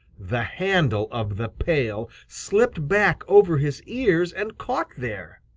the handle of the pail slipped back over his ears and caught there.